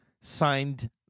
signed